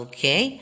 Okay